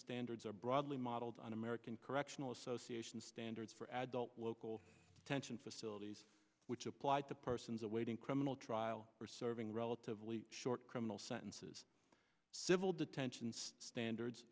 standards are broadly modeled on american correctional association standards for adult local tension facilities which applied to persons awaiting criminal trial for serving relatively short criminal sentences civil detention standards